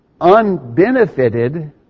unbenefited